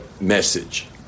message